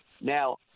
Now